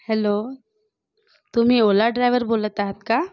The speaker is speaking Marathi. हॅलो तुम्ही ओला ड्रायव्हर बोलत आहात का